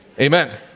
Amen